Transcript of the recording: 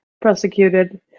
prosecuted